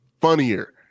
funnier